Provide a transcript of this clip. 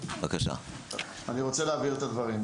אני רוצה להבהיר את הדברים.